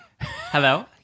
hello